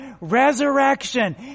Resurrection